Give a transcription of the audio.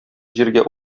җиргә